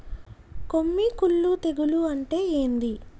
కొమ్మి కుల్లు తెగులు అంటే ఏంది?